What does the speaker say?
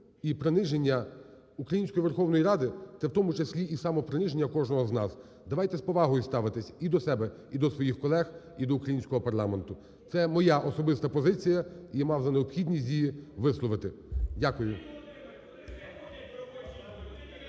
приниження української Верховної Ради – це в тому числі і самоприниження кожного з нас. Давайте з повагою ставитись і до себе, і до своїх колег, і до українського парламенту. Це моя особиста позиція, я мав за необхідність її висловити. Дякую.